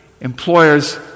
Employers